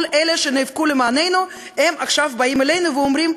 כל אלה שנאבקו למעננו עכשיו באים אלינו ואומרים: